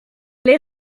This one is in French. les